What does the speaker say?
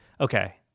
okay